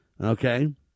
Okay